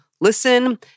listen